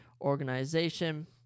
organization